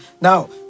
Now